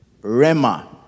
Rema